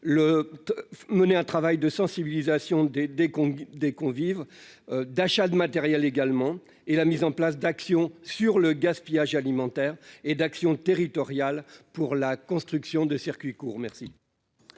mener un travail de sensibilisation des des des convives d'achat de matériel également et la mise en place d'actions sur le gaspillage alimentaire et d'action territorial pour la construction de circuits courts merci.